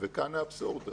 וכאן האבסורד.